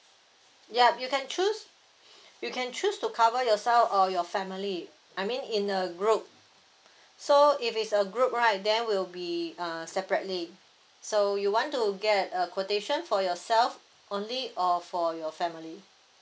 yup you can choose you can choose to cover yourself or your family I mean in a group so if it's a group right then will be uh separately so you want to get a quotation for yourself only or for your family